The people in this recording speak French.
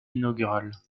inaugurale